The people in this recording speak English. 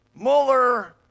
Mueller